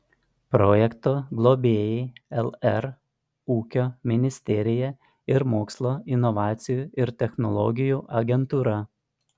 projekto globėjai lr ūkio ministerija ir mokslo inovacijų ir technologijų agentūra